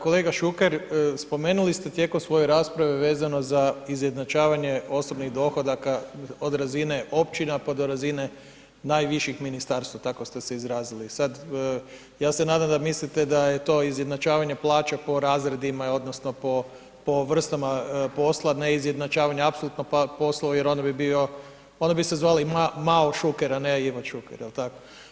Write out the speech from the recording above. Kolega Šuker spomenuli ste tijekom svoje rasprave vezano za izjednačavanje osobnih dohodaka od razine Općina pa do razine najviših Ministarstva, tako ste se izrazili, sad ja se nadam da mislite da je to izjednačavanje plaća po razredima odnosno po, po vrstama posla, ne izjednačavanje apsolutno pa, poslovi, jer onda bi bio, onda bi se zvali Mao Šuker, a ne Ivo Šuker, jel tako?